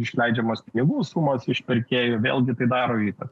išleidžiamas pinigų sumas iš pirkėjų vėlgi tai daro įtaką